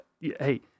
hey